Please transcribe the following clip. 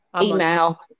email